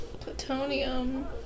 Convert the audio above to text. Plutonium